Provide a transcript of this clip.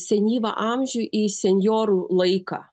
senyvą amžių į senjorų laiką